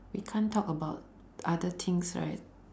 we can't talk about other things right